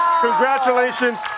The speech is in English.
congratulations